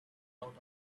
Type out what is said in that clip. out